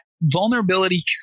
vulnerability